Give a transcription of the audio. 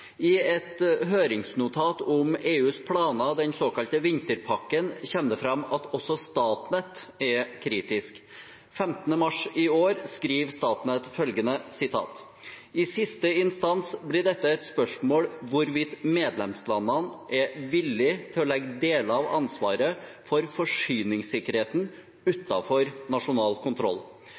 I et høringsnotat om EUs planer, den såkalte vinterpakken, kommer det fram at også Statnett er kritisk. Den 15. mars i år skriver Statnett: «I siste instans blir dette et spørsmål hvorvidt medlemslandene er villig til å legge deler av ansvaret for forsyningssikkerheten utenfor nasjonal kontroll.